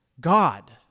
God